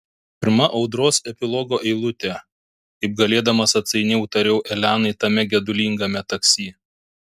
pirma audros epilogo eilutė kaip galėdamas atsainiau tariau elenai tame gedulingame taksi